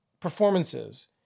performances